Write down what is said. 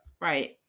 right